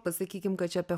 pasakykim kad čia apie